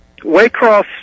Waycross